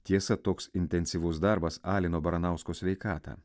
tiesa toks intensyvus darbas alino baranausko sveikatą